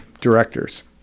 directors